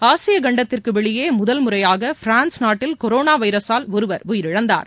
ஆசியகண்டத்திற்குவெளியேமுதல் முறையாகபிரான்ஸ் நாட்டில் கொரோனாவைரஸால் ஒருவர் உயிரிழந்தார்